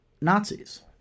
Nazis